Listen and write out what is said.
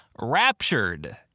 raptured